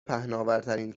پهناورترین